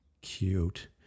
Cute